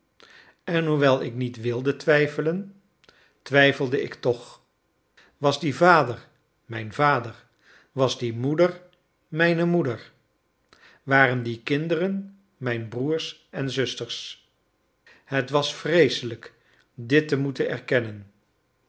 en hoewel ik niet wilde twijfelen twijfelde ik toch was die vader mijn vader was die moeder mijne moeder waren die kinderen mijn broers en zusters het was vreeselijk dit te moeten erkennen